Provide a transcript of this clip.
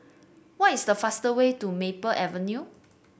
what is the fastest way to Maple Avenue